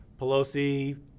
Pelosi